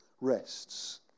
rests